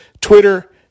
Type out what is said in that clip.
twitter